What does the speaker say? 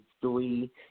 three